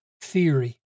theory